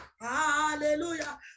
hallelujah